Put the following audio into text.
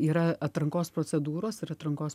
yra atrankos procedūros ir atrankos